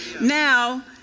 Now